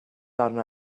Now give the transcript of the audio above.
arna